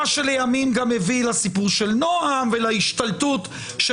מה שלימים גם הביא לסיפור של מפלגת נעם ולהשתלטות של